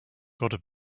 gotta